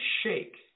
shake